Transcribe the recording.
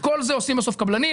את כל זה עושים בסוף קבלנים.